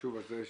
החשוב הזה,